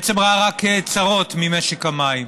בעצם ראה רק צרות ממשק המים.